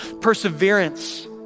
perseverance